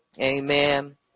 Amen